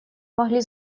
могли